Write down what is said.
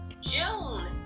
June